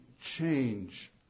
change